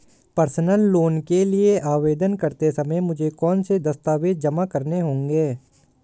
Personal loan के लिए आवेदन करते समय मुझे कौन से दस्तावेज़ जमा करने होंगे?